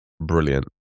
brilliant